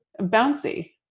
bouncy